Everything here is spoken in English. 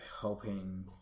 helping